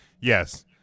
yes